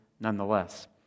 nonetheless